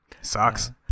Sucks